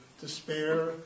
despair